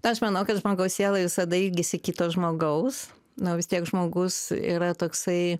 aš manau kad žmogaus siela visada ilgisi kito žmogaus nu vis tiek žmogus yra toksai